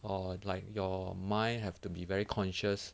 or like your mind have to be very conscious